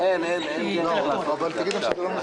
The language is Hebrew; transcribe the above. אבל שהמנכ"ל יבוא.